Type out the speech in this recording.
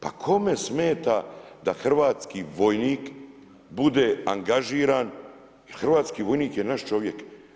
Pa kome smeta da hrvatski vojnik bude angažiran, hrvatski vojnik je naš čovjek.